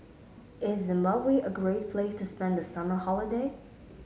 is Zimbabwe a great place to spend the summer holiday